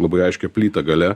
labai aiškia plyta gale